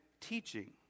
teaching